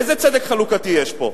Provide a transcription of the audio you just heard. איזה צדק חלוקתי יש פה?